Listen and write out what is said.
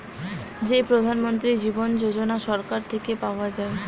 যেই প্রধান মন্ত্রী জীবন যোজনা সরকার থেকে পাওয়া যায়